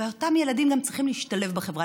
ואותם ילדים גם צריכים להשתלב בחברה,